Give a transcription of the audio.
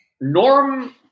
Norm